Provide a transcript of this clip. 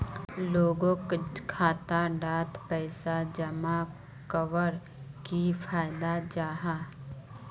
लोगोक खाता डात पैसा जमा कवर की फायदा जाहा?